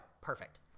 Perfect